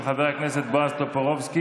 של חבר הכנסת בועז טופורובסקי.